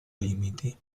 limiti